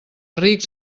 rics